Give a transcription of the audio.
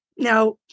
Now